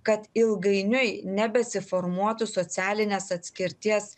kad ilgainiui nebesi formuotų socialinės atskirties